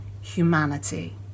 humanity